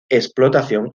explotación